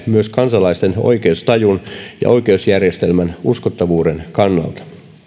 myös kansalaisten oikeustajun ja oikeusjärjestelmän uskottavuuden kannalta